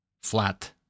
flat